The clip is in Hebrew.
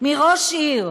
מראש עיר,